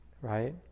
right